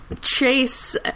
Chase